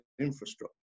infrastructure